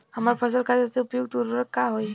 हमार फसल खातिर सबसे उपयुक्त उर्वरक का होई?